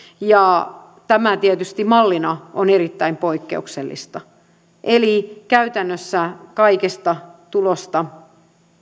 ja tämä tietysti mallina on erittäin poikkeuksellista eli käytännössä kaikesta tulosta